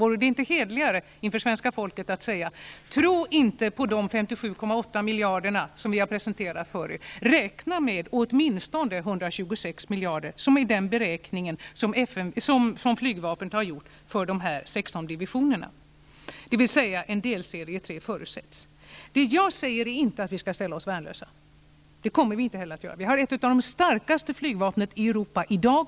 Vore det inte hederligare att inför svenska folket säga att de inte skall tro på de 57,8 miljarderna som har presenterats för dem. De skall räkna med åtminstone 126 miljarder. Det är den beräkning som flygvapnet har gjort för de 16 Jag säger inte att vi skall ställa oss värnlösa. Det kommer vi inte heller att göra. Vi har ett av de starkaste flygvapnen i Europa i dag.